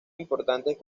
importantes